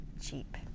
cheap